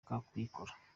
kuyikora